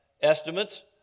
estimates